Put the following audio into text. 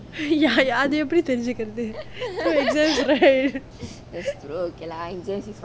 ya ya அது எப்பிடி தெரிஞ்சிக்கிறது:athu epidi terinjikirathu exams right